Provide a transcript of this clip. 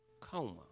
coma